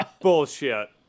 Bullshit